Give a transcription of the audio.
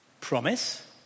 Promise